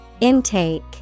Intake